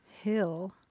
Hill